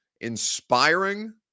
Inspiring